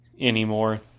anymore